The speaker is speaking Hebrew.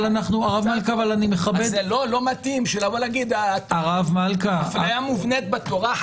אבל אני מכבד --- אז זה לא מתאים להגיד "אפליה מובנית בתורה".